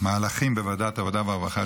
המהלכים בוועדת העבודה והרווחה,